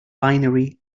binary